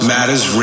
Matters